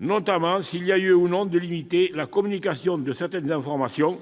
notamment la nécessité éventuelle de limiter la communication de certaines informations,